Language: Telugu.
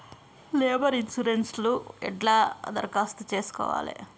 లేబర్ ఇన్సూరెన్సు ఎట్ల దరఖాస్తు చేసుకోవాలే?